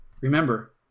Remember